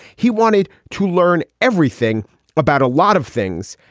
he wanted to learn everything about a lot of things.